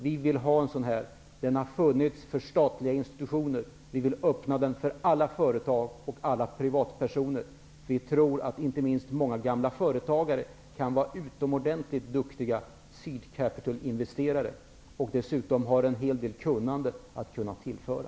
Vi vill ha detta. Det har funnits för statliga institutioner, men vi vill öppna möjligheten för alla företag och alla privatpersoner. Vi tror att inte minst gamla företagare kan vara utomordentligt duktiga ''seed capital''-investerare och dessutom kan tillföra en hel del kunnande.